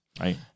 right